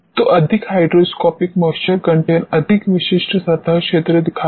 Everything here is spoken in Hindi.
तो अधिक हाइड्रोस्कोपिक मॉइस्चर कंटेंट अधिक विशिष्ट सतह क्षेत्र दिखाती है